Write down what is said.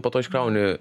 po to iškrauni